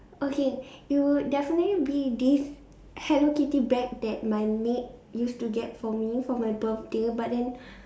okay you definitely be this Hello-Kitty bag that my maid used to get for me for my birthday but then